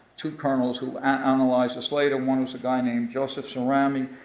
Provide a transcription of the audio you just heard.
two colonels who analyzed this later. one was a guy named joseph cerami,